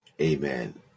Amen